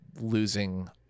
losing